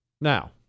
Now